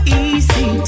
easy